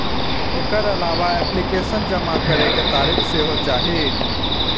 एकर अलावा एप्लीकेशन जमा करै के तारीख सेहो चाही